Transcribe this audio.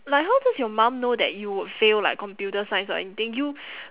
like how does your mum know that you would fail like computer science or anything you